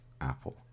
Apple